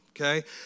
okay